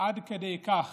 עד כדי כך